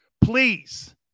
Please